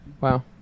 Wow